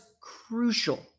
crucial